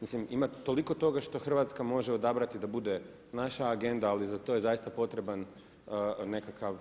Mislim ima toliko toga što Hrvatska može odabrati da bude naša agenda ali za to je zaista potreban nekakav